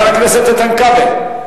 חבר הכנסת איתן כבל?